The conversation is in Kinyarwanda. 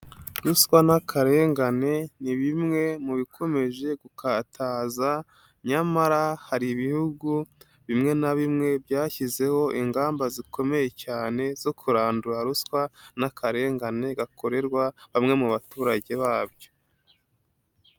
Ruswa n'akarengane ni bimwe mu bikomeje gukataza, nyamara hari ibihugu bimwe na bimwe byashyizeho ingamba zikomeye cyane zo kurandura ruswa n'akarengane gakorerwa bamwe mu baturage babyo.